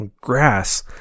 Grass